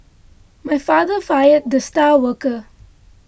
my father fired the star worker